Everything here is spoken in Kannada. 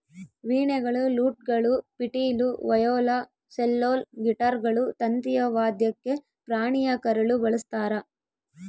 ವೀಣೆಗಳು ಲೂಟ್ಗಳು ಪಿಟೀಲು ವಯೋಲಾ ಸೆಲ್ಲೋಲ್ ಗಿಟಾರ್ಗಳು ತಂತಿಯ ವಾದ್ಯಕ್ಕೆ ಪ್ರಾಣಿಯ ಕರಳು ಬಳಸ್ತಾರ